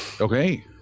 Okay